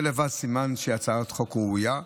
זה לבד סימן שהיא הצעת חוק ראויה.